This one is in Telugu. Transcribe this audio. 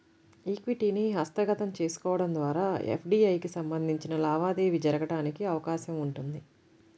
ఈక్విటీని హస్తగతం చేసుకోవడం ద్వారా ఎఫ్డీఐకి సంబంధించిన లావాదేవీ జరగడానికి అవకాశం ఉంటుంది